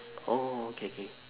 oh okay K